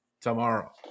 tomorrow